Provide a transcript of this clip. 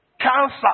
cancer